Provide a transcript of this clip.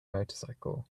motorcycle